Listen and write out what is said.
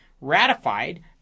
ratified